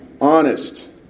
Honest